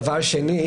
דבר שני,